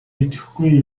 мэдэхгүй